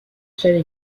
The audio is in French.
seule